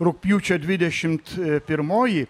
rugpjūčio dvidešimt pirmoji